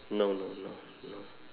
no no no no